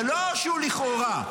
זה לא שהוא לכאורה,